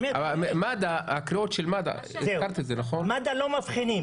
הקריאות של מד"א -- מד"א לא מבחינים.